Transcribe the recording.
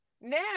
now